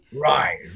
Right